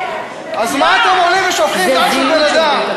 אז מה אתם עולים ושופכים דם של בן-אדם?